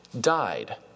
died